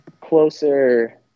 closer